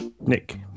Nick